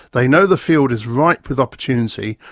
they know the field is ripe with opportunity,